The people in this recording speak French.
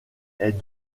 est